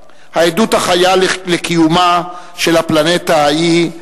העדות החיה לקיומה של הפלנטה ההיא,